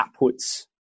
outputs